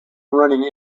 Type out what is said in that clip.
running